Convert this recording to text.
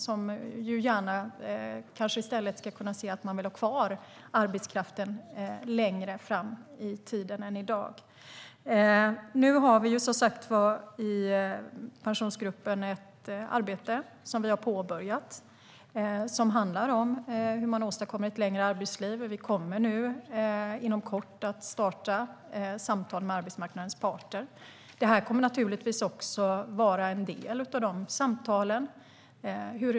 De kanske i stället ska kunna se att de vill ha kvar arbetskraften längre fram i tiden än i dag. Vi har i Pensionsgruppen ett arbete som vi har påbörjat. Det handlar om hur man åstadkommer ett längre arbetsliv. Vi kommer nu inom kort att starta samtal med arbetsmarknadens parter. Detta kommer naturligtvis att vara en del av de samtalen.